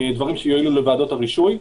דברים שיועילו לוועדות הרישוי.